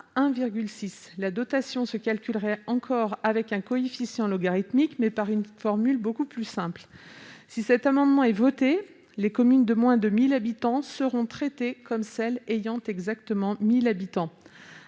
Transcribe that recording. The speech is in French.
1,6. La dotation se calculera encore avec un coefficient logarithmique, mais par une formule beaucoup plus simple. Si cet amendement est adopté, les communes de moins de 1 000 habitants seront traitées comme celles qui ont exactement 1 000 habitants.